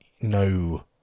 no